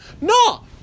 no